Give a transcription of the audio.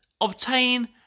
obtain